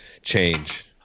change